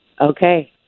Okay